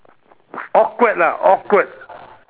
awkward ah awkward